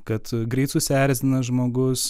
kad greit susierzina žmogus